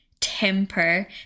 temper